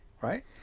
Right